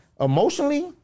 emotionally